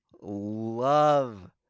love